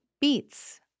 Beets